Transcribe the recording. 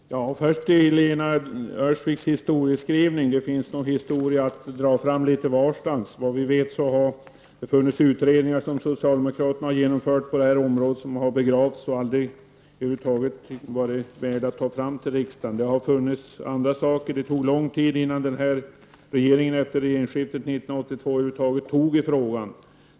Herr talman! Först något om Lena Öhrsviks historieskrivning. Det finns nog historia som man kan dra fram litet varstans. Vad vi vet har socialdemokraterna på detta område genomfört utredningar som har begravts och aldrig över huvud taget har varit värda att lägga fram till riksdagen. Det har också funnits annat. Det tog lång tid innan regeringen efter regeringsskiftet 1982 över huvud taget tog i frågan.